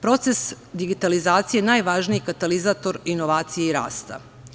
Proces digitalizacije je najvažniji katalizator inovacije i rasta.